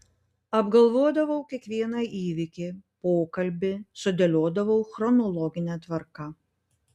apgalvodavau kiekvieną įvykį pokalbį sudėliodavau chronologine tvarka